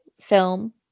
film